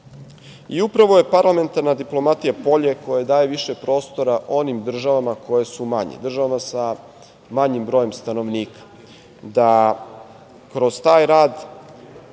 je parlamentarna diplomatija polje koje daje više prostora onim državama koje su manje, državama sa manjim brojem stanovnika, da kroz taj rad